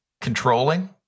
controlling